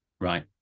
right